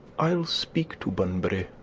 i'll speak to bunbury,